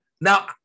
Now